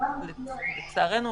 לצערנו,